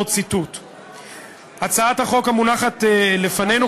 הצעת חוק המונחת לפנינו,